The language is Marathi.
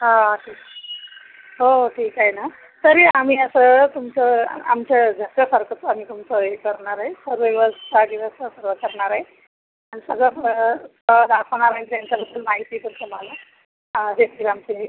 हा तेच हो ठीक आहे ना तरी आम्ही असं तुमचं आमच्या घरच्यासारखंच आम्ही तुमचं हे करणार आहे सर्व व्यवस्था बिवस्था सगळं करणार आहे आणि सगळं दाखवणार आहे आणि त्यांच्याबद्दल माहिती पण तुम्हाला देतील आमचे हे